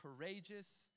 courageous